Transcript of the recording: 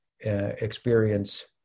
experience